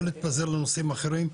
לא להתפזר לנושאים אחרים,